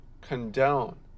condone